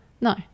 No